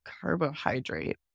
Carbohydrate